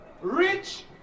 rich